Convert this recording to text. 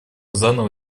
заново